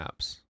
apps